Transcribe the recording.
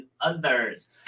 others